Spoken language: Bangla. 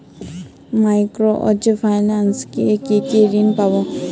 মাইক্রো ফাইন্যান্স এ কি কি ঋণ পাবো?